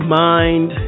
mind